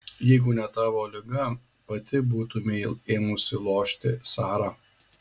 jeigu ne tavo liga pati būtumei ėmusi lošti sara